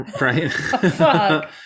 right